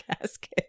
casket